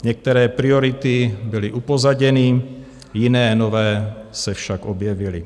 Některé priority byly upozaděny, jiné, nové se však objevily.